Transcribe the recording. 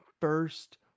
first